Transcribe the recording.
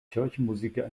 kirchenmusiker